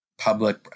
public